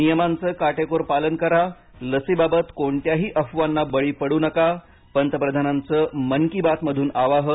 नियमांचं काटेकोर पालन करा लसीबाबत कोणत्याही अफवांना बळी पडू नका पंतप्रधानांचं मन की बात मधून आवाहन